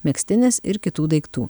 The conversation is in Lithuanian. megztinis ir kitų daiktų